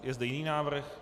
Je zde jiný návrh?